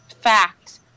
fact